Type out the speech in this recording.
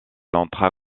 entra